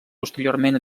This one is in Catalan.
posteriorment